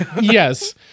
yes